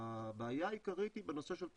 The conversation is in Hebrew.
הבעיה העיקרית היא בנושא של תחבורה,